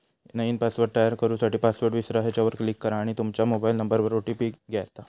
नईन पासवर्ड तयार करू साठी, पासवर्ड विसरा ह्येच्यावर क्लीक करा आणि तूमच्या मोबाइल नंबरवर ओ.टी.पी येता